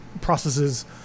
processes